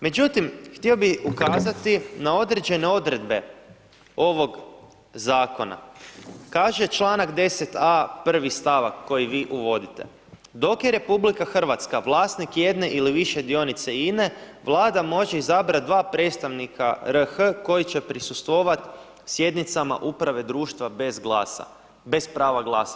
Međutim, htio bih ukazati na određene odredbe ovog zakona, kaže članka 10a. prvi stavak koji vi uvodite, dok je RH vlasnik jedne ili više dionice INE Vlada može izabrat dva predstavnika RH koji će prisustvovat sjednicama uprave društva bez glasa, bez prava glasa.